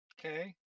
Okay